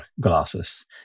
glasses